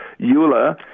EULA